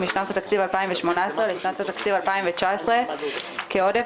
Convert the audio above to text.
משנת התקציב 2018 לשנת התקציב 2019 כעודף,